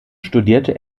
studierte